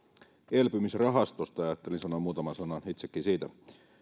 elpymisrahastosta ja ajattelin itsekin sanoa muutaman